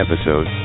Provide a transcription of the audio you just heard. episode